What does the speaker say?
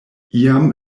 iam